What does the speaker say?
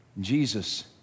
Jesus